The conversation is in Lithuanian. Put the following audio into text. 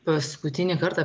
paskutinį kartą